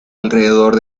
alrededor